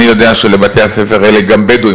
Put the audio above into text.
אני יודע שלבתי-הספר האלה גם בדואים